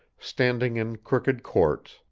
standing in crooked courts,